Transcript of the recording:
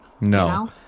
No